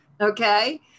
Okay